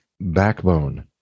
backbone